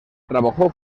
trabajó